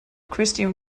christian